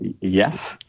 Yes